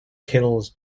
kills